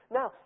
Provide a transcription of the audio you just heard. Now